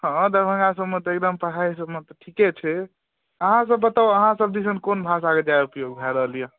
हँ दरभंगा सभमे तऽ एकदम पढ़ाइ सभमे तऽ ठीके छै अहाँसभ बताउ अहाँसभ दिसन कोन भाषाके ज्यादा उपयोग भए रहल यए